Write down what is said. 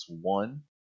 One